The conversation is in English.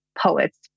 poets